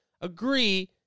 agree